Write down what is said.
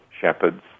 shepherds